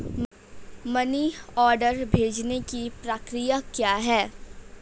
Money order भेजने की प्रक्रिया क्या है?